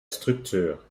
structure